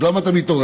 אז למה אתה מתעורר?